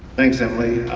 thanks emily,